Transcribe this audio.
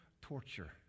torture